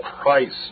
Christ